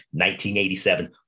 1987